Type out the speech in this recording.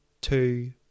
two